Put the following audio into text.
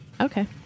Okay